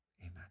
Amen